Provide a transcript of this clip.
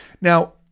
Now